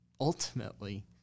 ultimately